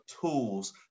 tools